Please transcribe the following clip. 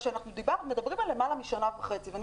אנחנו מדברים על למעלה משנה וחצי ואני